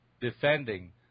defending